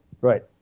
Right